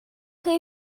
chi